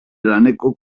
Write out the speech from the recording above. laneko